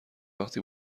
وقتی